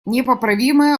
непоправимое